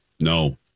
No